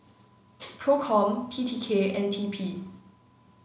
PROCOM T T K and T P